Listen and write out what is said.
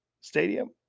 Stadium